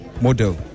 model